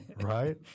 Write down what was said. right